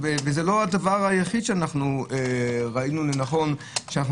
זה לא הדבר היחיד שראינו לנכון.